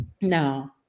no